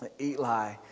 Eli